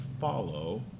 follow